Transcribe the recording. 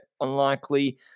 unlikely